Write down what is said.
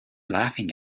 laughing